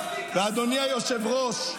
ואדוני היושב-ראש,